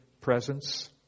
presence